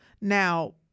Now